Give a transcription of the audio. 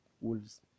wolves